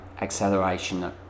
acceleration